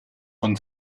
von